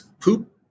poop